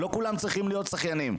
לא כולם צריכים להיות שחיינים,